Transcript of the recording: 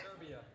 Serbia